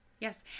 yes